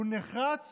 הוא נחרץ